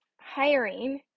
hiring